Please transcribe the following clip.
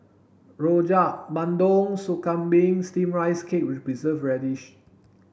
Rojak Bandung Soup Kambing steamed rice cake with preserved radish